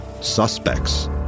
suspects